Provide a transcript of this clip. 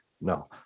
No